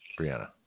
Brianna